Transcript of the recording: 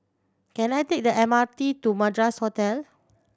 can I take the M R T to Madras Hotel